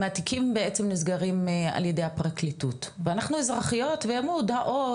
מהתיקים בעצם על ידי הפרקליטות ואנחנו האזרחיות ואנחנו מודעות